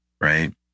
right